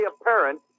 apparent